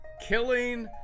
killing